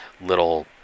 little